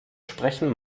sprechen